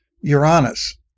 Uranus